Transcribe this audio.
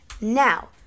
Now